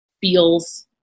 feels